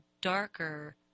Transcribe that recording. darker